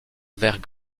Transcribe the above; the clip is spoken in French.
vers